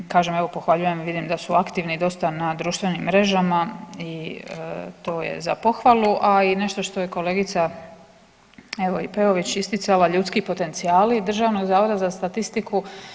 Kažem evo pohvaljujem, vidim da su aktivni dosta na društvenim mrežama i to je za pohvalu, a i nešto je kolegica evo i Peović isticala ljudski potencijali Državnog zavoda za statistiku.